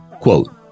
Quote